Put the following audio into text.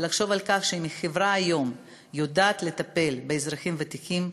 לחשוב על כך שהיום חברה שיודעת לטפל באזרחים הוותיקים,